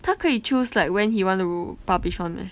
他可以 choose like when he want to publish [one] ah